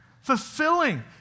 fulfilling